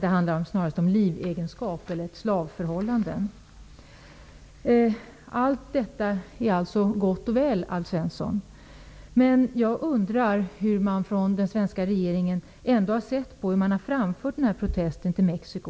Det handlar snarast om livegenskap eller ett slavförhållande. Allt vad Alf Svensson säger är gott och väl. Men jag undrar hur den svenska regeringen har framfört sin protest till Mexico.